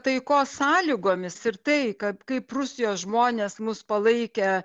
taikos sąlygomis ir tai kad kaip rusijos žmonės mus palaikė